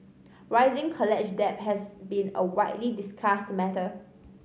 rising college debt has been a widely discussed matter